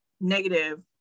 Negative